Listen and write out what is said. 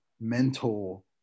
mental